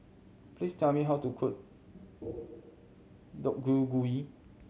please tell me how to cook Deodeok Gui